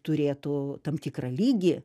turėtų tam tikrą lygį